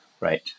right